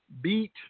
beat